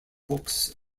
books